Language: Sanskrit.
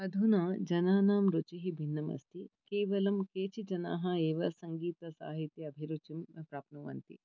अधुना जनानां रुचिः भिन्नम् अस्ति केवलं केचित् जनाः एव सङ्गीतसाहित्य अभिरुचिं प्राप्नुवन्ति